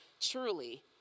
truly